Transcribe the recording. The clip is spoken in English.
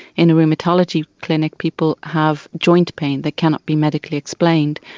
in a rheumatology clinic, people have joint pain that cannot be medically explained.